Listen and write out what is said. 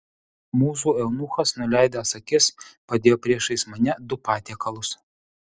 mūsų eunuchas nuleidęs akis padėjo priešais mane du patiekalus